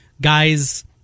guys